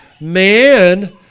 Man